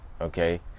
okay